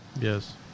Yes